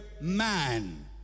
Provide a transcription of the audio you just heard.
man